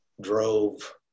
drove –